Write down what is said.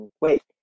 Wait